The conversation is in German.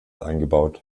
eingebaut